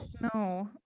no